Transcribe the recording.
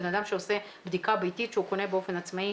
בן אדם שעושה בדיקה ביתית שהוא קונה באופן עצמאי,